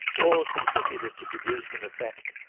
all contributed to produce an effect,